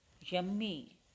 Yummy